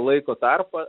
laiko tarpą